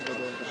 הבריאות,